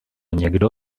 někdo